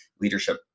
leadership